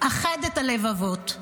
אחד את הלבבות,